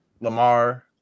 Lamar